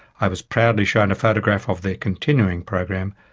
i was proudly shown a photograph ah of their continuing program,